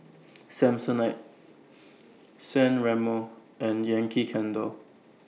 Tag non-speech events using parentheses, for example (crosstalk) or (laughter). (noise) Samsonite (noise) San Remo and Yankee Candle